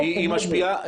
היא משפיעה.